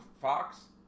Fox